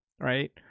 right